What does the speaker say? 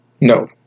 No